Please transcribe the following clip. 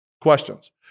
questions